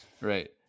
Right